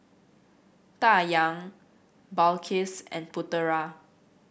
Dayang Balqis and Putera